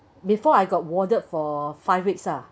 before I got warded for five weeks ah